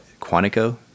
Quantico